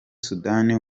sudani